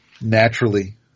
naturally